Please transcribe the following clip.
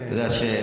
אתה יודע שבפרשה,